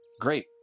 Great